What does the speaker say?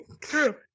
true